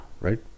Right